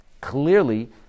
Clearly